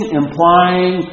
implying